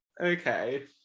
okay